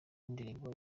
ndirimbo